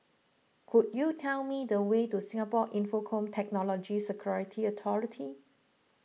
could you tell me the way to Singapore Infocomm Technology Security Authority